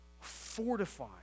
fortify